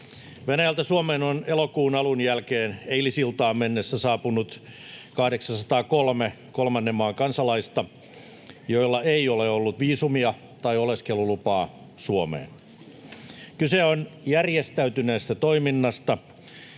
Venäjältä Suomeen on elokuun alun jälkeen eilisiltaan mennessä saapunut 803 kolmannen maan kansalaista, joilla ei ole ollut viisumia tai oleskelulupaa Suomeen. Kyse on järjestäytyneestä toiminnasta